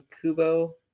Kubo